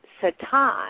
Satan